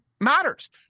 matters